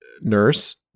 nurse